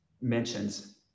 mentions